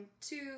two